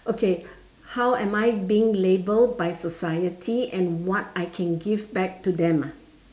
okay how am I being labelled by society and what I can give back to them ah